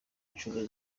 inshuro